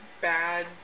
bad